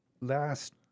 Last